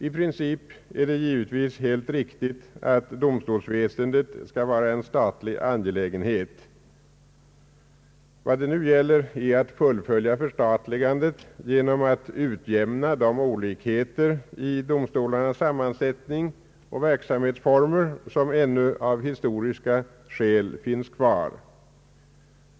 I princip är det givetvis helt riktigt att domstolsväsendet skall vara en statlig angelägenhet. Vad det nu gäller är att fullfölja förstatligandet genom att utjämna de olikheter i domstolarnas sammansättning och verksamhetsformer, som av historiska skäl ännu finns kvar.